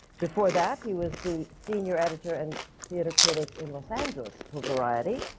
before that, he was the senior editor and theatre critic in los angeles for variety.